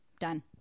Done